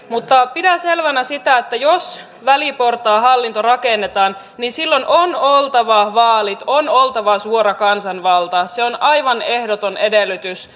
pidän selvänä sitä että jos väliportaan hallinto rakennetaan silloin on oltava vaalit on oltava suora kansanvalta se on aivan ehdoton edellytys